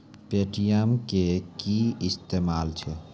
Paytm के कि इस्तेमाल छै?